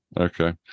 Okay